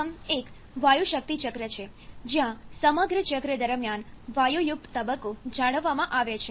પ્રથમ એક વાયુ શક્તિ ચક્ર છે જ્યાં સમગ્ર ચક્ર દરમિયાન વાયુયુક્ત તબક્કો જાળવવામાં આવે છે